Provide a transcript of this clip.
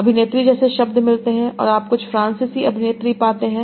अभिनेत्री जैसे शब्द मिलते हैं और आप कुछ फ्रांसीसी अभिनेत्री पाते हैं